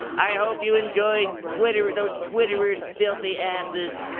i hope you enjoyed twitter those twitterers' filthy asses.